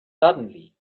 suddenly